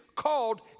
called